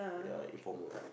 ya informer